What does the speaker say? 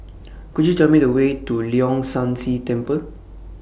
Could YOU Tell Me The Way to Leong San See Temple